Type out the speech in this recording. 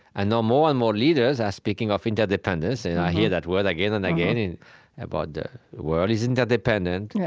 i know more and more leaders are speaking of interdependence, and i hear that word again and again about the world is interdependent.